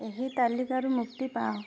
ଏହି ତାଲିକାରୁ ମୁକ୍ତି ପାଅ